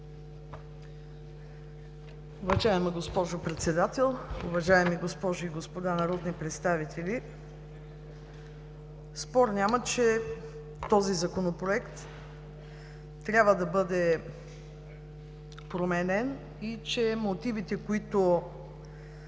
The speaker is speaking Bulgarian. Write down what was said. Уважаема госпожо Председател, уважаеми госпожи и господа народни представители! Спор няма, че този Законопроект трябва да бъде променен и че мотивите, които